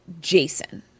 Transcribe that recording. Jason